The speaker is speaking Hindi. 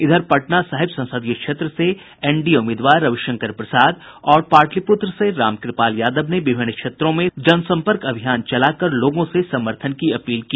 इधर पटना साहिब संसदीय क्षेत्र से एनडीए उम्मीदवार रविशंकर प्रसाद और पाटलिपुत्र से रामकृपाल यादव ने विभिन्न क्षेत्रों में सघन जनसंपर्क अभियान चलाकर लोगों से समर्थन की अपील की